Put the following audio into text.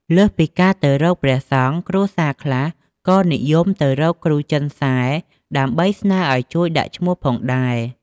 លើសពីការទៅរកព្រះសង្ឃ គ្រួសារខ្លះក៏និយមទៅរកគ្រូចិនសែ ដើម្បីស្នើឲ្យជួយដាក់ឈ្មោះផងដែរ។